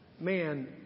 man